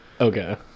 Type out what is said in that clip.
Okay